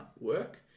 work